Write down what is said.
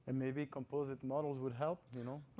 ah maybe composite models would help.